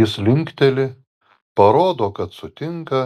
jis linkteli parodo kad sutinka